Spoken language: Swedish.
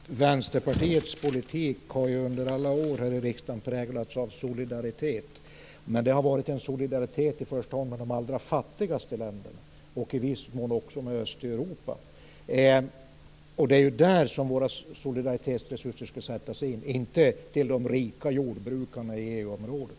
Herr talman! Jag måste konstatera att Vänsterpartiets politik under alla år här i riksdagen har präglats av solidaritet, men det har i första hand varit en solidaritet med de allra fattigaste länderna, och i viss mån också med Östeuropa. Det är där som våra solidaritetsresurser skall sättas in, inte till de rika jordbrukarna i EU-området.